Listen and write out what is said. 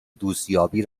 دوستیابی